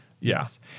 yes